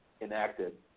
enacted